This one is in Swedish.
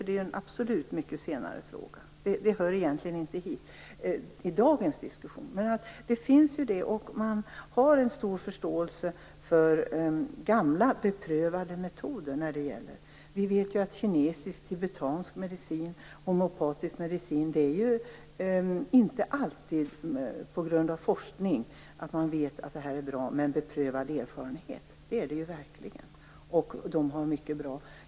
Det är absolut en mycket senare fråga. Det hör inte till dagens diskussion. Men det finns ändå en stor förståelse för gamla, beprövade metoder. Att vi vet att kinesisk och tibetansk medicin och homeopatisk medicin är bra beror ju inte alltid på forskning, men beprövad erfarenhet är det verkligen. Det finns mycket som är bra.